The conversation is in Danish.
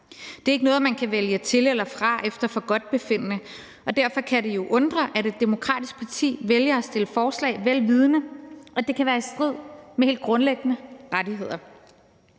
Det er ikke noget, man kan vælge til eller fra efter forgodtbefindende, og derfor kan det jo undre, at et demokratisk parti vælger at fremsætte et forslag, vel vidende at det kan være i strid med helt grundlæggende rettigheder.